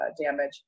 damage